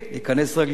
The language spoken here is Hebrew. ניכנס רגלית,